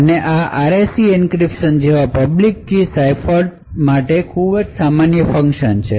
અને આ RAC encryption જેવા પબ્લિક કી સાઇફર્સ માં ખૂબ સામાન્ય છે